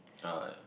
ah yeah